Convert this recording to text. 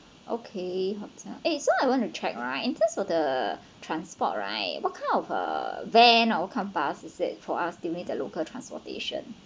okay hotel eh so I want to check right in term for the transport right what kind of uh van or what kind of bus instead for us during the local transportation